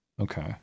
Okay